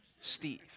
Steve